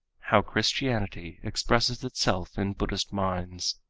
how christianity expresses itself in buddhist minds